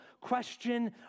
question